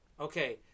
Okay